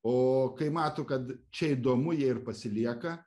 o kai mato kad čia įdomu jie ir pasilieka